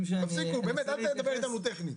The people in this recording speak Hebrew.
תפסיקו, באמת, אל תדברו איתנו טכני.